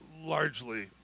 largely